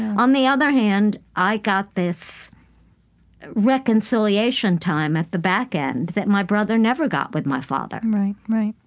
on the other hand, i got this reconciliation time at the back end that my brother never got with my father right, right